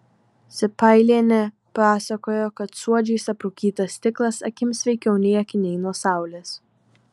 sipailienė pasakojo kad suodžiais aprūkytas stiklas akims sveikiau nei akiniai nuo saulės